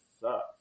sucks